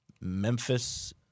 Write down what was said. Memphis